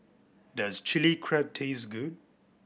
does Chili Crab taste good